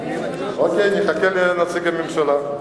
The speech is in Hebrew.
אוקיי, אני אחכה לנציג הממשלה.